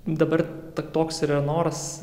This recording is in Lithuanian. dabar ta toks yra noras